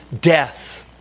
death